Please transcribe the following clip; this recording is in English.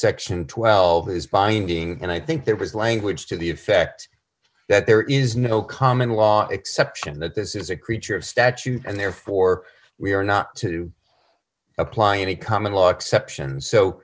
section twelve is binding and i think there was language to the effect that there is no common law exception that this is a creature of statute and therefore we are not to applying a common law exceptions so